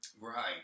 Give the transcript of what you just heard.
Right